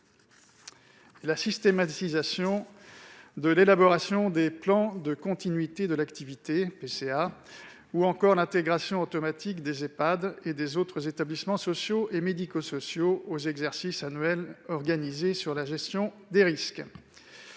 la systématisation de l'élaboration des plans de continuité de l'activité (PCA) ou encore l'intégration automatique des Ehpad et des autres établissements sociaux et médico-sociaux aux exercices annuels organisés sur la gestion des risques.